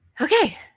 Okay